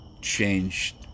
Changed